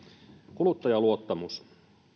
kuluttajaluottamus